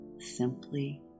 simply